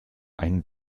einen